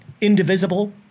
Indivisible